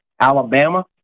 Alabama